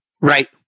Right